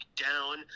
down